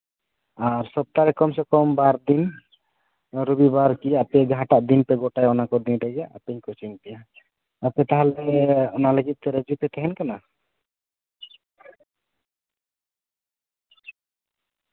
ᱟᱨ ᱥᱚᱯᱛᱟᱦᱚ ᱨᱮ ᱠᱚᱢ ᱥᱮ ᱠᱚᱢ ᱵᱟᱨ ᱫᱤᱱ ᱨᱚᱵᱤᱵᱟᱨ ᱠᱤ ᱟᱯᱮ ᱡᱟᱦᱟᱸᱴᱟᱜ ᱫᱤᱱ ᱯᱮ ᱜᱚᱴᱟᱭᱟ ᱚᱱᱟᱴᱟᱜ ᱫᱤᱱ ᱨᱮᱜᱮ ᱟᱯᱮᱧ ᱠᱳᱪᱤᱝ ᱯᱮᱭᱟ ᱟᱯᱮ ᱛᱟᱦᱞᱮ ᱚᱱᱟ ᱞᱟᱹᱜᱤᱫ ᱛᱮ ᱨᱟᱹᱡᱤ ᱯᱮ ᱛᱟᱦᱮᱱ ᱠᱟᱱᱟ